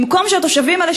במקום שהתושבים האלה,